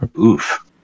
Oof